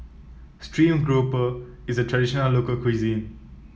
stream grouper is a traditional local cuisine